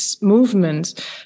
movement